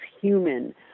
human